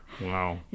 Wow